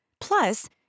Plus